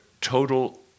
total